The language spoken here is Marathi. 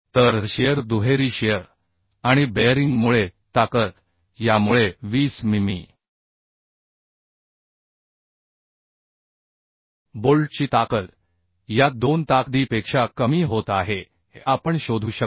तरशिअर दुहेरी शिअर आणि बेअरिंगमुळे ताकद यामुळे 20 मिमी बोल्टची ताकद या 2 ताकदीपेक्षा कमी होत आहे हे आपण शोधू शकतो